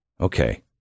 Okay